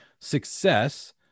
success